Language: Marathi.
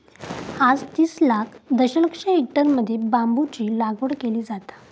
आज तीस लाख दशलक्ष हेक्टरमध्ये बांबूची लागवड केली जाता